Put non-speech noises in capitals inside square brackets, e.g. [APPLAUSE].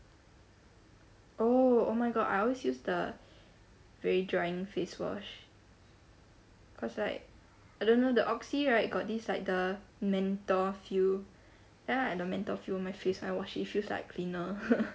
oh oh my god I always use the very drying face wash cause like I don't know the oxy right got this like the menthol feel then like the menthol feel on my face when I wash it feels like cleaner [LAUGHS]